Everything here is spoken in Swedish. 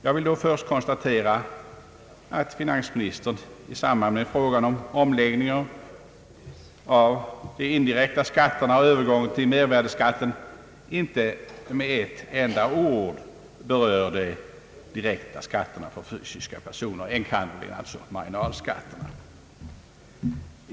Jag vill då först konstatera att finansministern när det gäller omläggningen av de indirekta skatterna och övergången till mervärdeskatt inte med ett enda ord berör de direkta skatterna på fysiska personer, enkannerligen marginalskatterna.